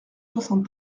soixante